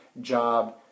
job